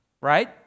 right